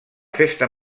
festa